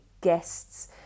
guests